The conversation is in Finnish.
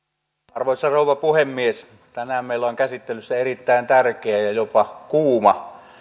arvoisa rouva puhemies tänään meillä on käsittelyssä erittäin tärkeä ja ja jopa kuuma